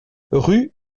rue